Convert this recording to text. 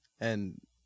And-